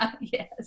Yes